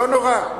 לא נורא.